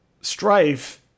strife